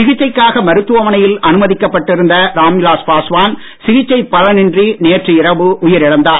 சிகிச்சைக்காக மருத்துவமனையில் அனுமதிக்கப் பட்டிருந்த ராம்விலாஸ் பாஸ்வான் சிகிச்சை பலனின்றி நேற்று இரவு உயிர் இழந்தார்